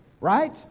Right